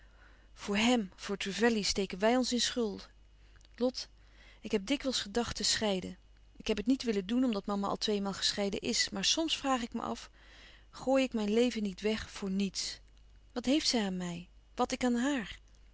voor hèm voor trevelley steken wij ons in schuld lot ik heb dikwijls gedacht te scheiden ik heb het niet willen doen omdat mama al tweemaal gescheiden is maar soms vraag ik me af gooi ik mijn leven niet weg voor niets wat heeft zij aan mij wat ik aan haar